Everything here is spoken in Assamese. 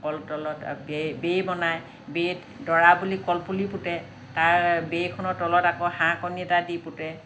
কল তলত বেই বনায় বেইত দৰা বুলি কল পুলি পোতে তাৰ বেই খনৰ তলত আকৌ হাঁহ কণী এটা দি পোতে